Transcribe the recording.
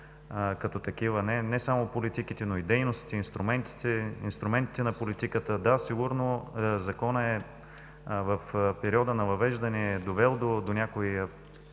като такива. Не само политиките, но и дейностите, инструментите на политиката. Да, сигурно Законът в периода на въвеждане е довел до някои